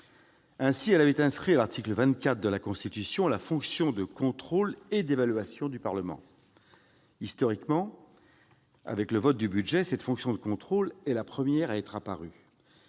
Ainsi, elle a inscrit à l'article 24 de la Constitution la fonction de contrôle et d'évaluation du Parlement. Historiquement, avec le vote du budget, cette fonction de contrôle est la première à être apparue.